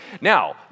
Now